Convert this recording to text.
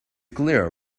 clear